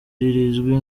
rizwi